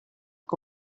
que